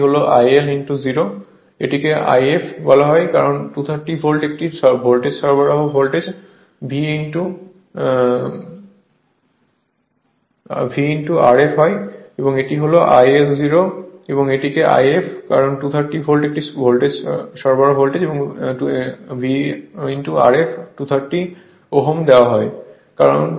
এটি হল IL 0 এটিকে If কারণ 230 ভোল্ট একটি ভোল্টেজ সরবরাহের ভোল্টেজ V Rf 230 Ω কে দেওয়া হয়